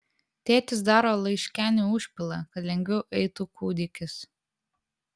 tėtis daro laiškenių užpilą kad lengviau eitų kūdikis